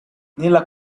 nella